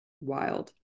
Wild